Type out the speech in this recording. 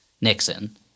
Nixon